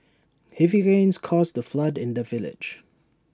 heavy rains caused flood in the village